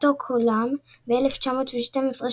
סטוקהולם ב-1912,